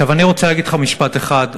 אני רוצה להגיד לך משפט אחד,